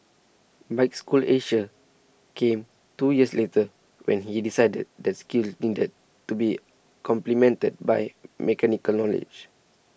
Bike School Asia came two years later when he decided that skills needed to be complemented by mechanical knowledge